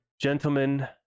gentlemen